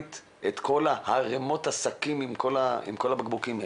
את כל הערימות והשקים עם כל הבקבוקים האלה?